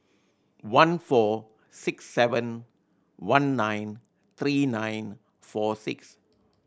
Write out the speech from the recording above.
one four six seven one nine three nine four six